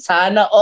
Sana